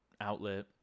outlet